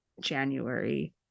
January